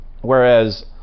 Whereas